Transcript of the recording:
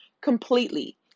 completely